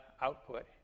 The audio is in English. output